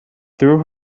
through